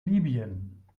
libyen